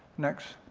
next.